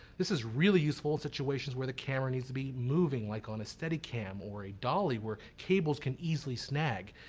this is really useful in situations where the camera needs to be moving like on a steadicam or a dolly where cables can easily snag.